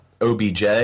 OBJ